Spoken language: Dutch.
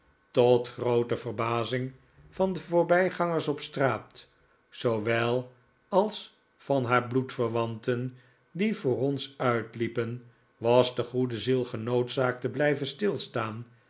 tot groote verbazing van de voorbijgangers op straat zoowel als van haar bloedverwanten die voor ons uitliepen was de goede ziel genoodzaakt te blijven stilstaan